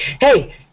hey